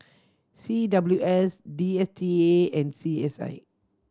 C W S D S T A and C S I